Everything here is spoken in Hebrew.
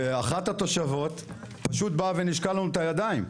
ואחת התושבות פשוט באה ונישקה לנו את הידיים,